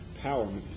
empowerment